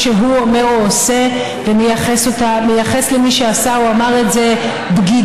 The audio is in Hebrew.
שהוא אומר או עושה ומייחס למי שעשה או אמר את זה בגידה,